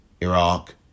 Iraq